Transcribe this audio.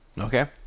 Okay